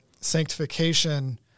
sanctification